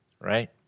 right